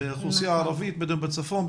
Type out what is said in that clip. זאת האוכלוסייה הערבית בצפון,